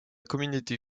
communauté